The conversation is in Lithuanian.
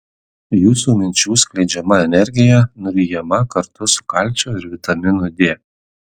jūsų minčių skleidžiama energija nuryjama kartu su kalciu ir vitaminu d